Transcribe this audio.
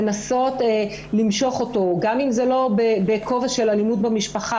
לנסות למשוך אותו גם אם זה לא בכובע של אלימות במשפחה,